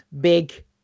big